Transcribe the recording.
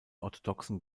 orthodoxen